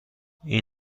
این